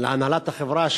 מהנהלת החברה,